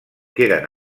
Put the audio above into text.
queden